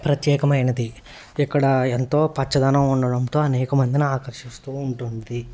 ప్రత్యేకమైనది ఇక్కడ ఎంతో పచ్చదనం ఉండడంతో అనేక మందిని ఆకర్షిస్తూ ఉంటుంది